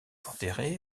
enterré